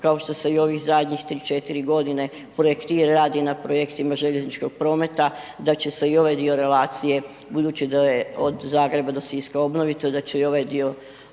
kao što se i ovih zadnjih 3-4.g. projektir radi na projektima željezničkog prometa, da će se i ovaj dio relacije budući da je od Zagreba do Siska obnovito, da će i ovaj dio